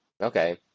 okay